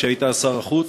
כשהיית אז שר החוץ,